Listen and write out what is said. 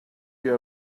you